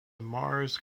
mars